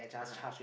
ah